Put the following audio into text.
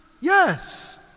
Yes